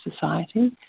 society